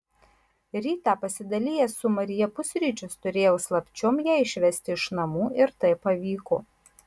rytą pasidalijęs su marija pusryčius turėjau slapčiom ją išvesti iš namų ir tai pavyko